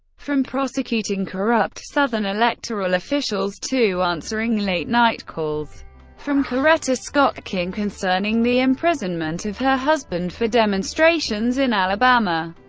from prosecuting corrupt southern electoral officials to answering late night calls from coretta scott king concerning the imprisonment of her husband for demonstrations in alabama.